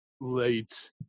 late